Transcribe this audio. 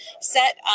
set